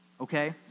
okay